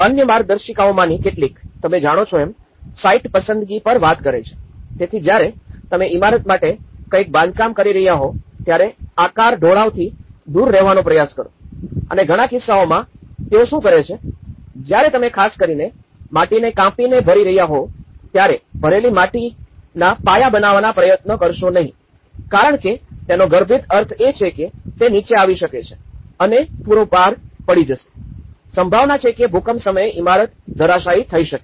અન્ય માર્ગદર્શિકાઓમાંની કેટલીક તમે જાણો છો એમ સાઇટ પસંદગી પર વાત કરે છે તેથી જ્યારે તમે ઇમારત માટે કંઈક બાંધકામ કરી રહ્યા હો ત્યારે આકરા ઢોળાવથી દૂર રહેવાનો પ્રયાસ કરો અને ઘણા કિસ્સાઓમાં તેઓ શું કરે છે જ્યારે તમે ખાસ કરીને માટીને કાપીને ભરી રહ્યા હોવ ત્યારે ભરેલી માટી આના પાયા બનાવવાનો પ્રયત્ન કરશે નહીં કારણ કે તેનો ગર્ભિત અર્થ એ છે કે તે નીચે આવી શકે છે અને પૂરો ભાર પડી જશે સંભાવના છે કે ભુકંપ સમયે ઇમારત ધરાશાયી થઈ શકે